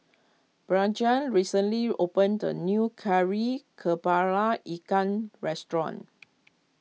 Blanchie recently opened a new Kari Kepala Ikan restaurant